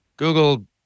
Google